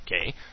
okay